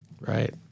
Right